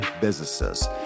businesses